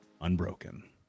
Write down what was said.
unbroken